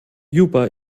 juba